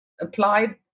applied